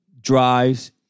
drives